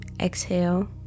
Exhale